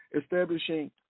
establishing